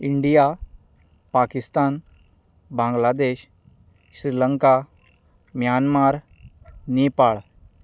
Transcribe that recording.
India Pakistan Bangladesh Sri Lanka Myanmar Nepal